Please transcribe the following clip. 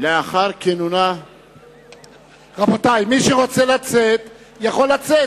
לאחר כינונה, רבותי, מי שרוצה לצאת יכול לצאת.